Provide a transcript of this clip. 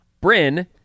Bryn